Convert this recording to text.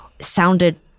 sounded